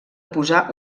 posar